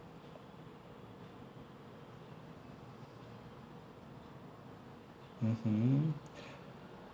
mmhmm